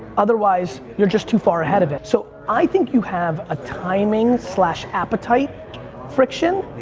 otherwise you're just too far ahead of it. so i think you have a timing slash appetite friction.